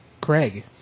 Craig